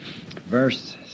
verse